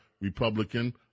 Republican